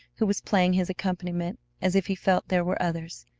who was playing his accompaniment as if he felt there were others.